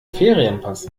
ferienpass